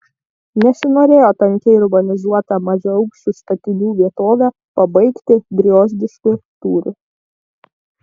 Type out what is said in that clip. nesinorėjo tankiai urbanizuotą mažaaukščių statinių vietovę pabaigti griozdišku tūriu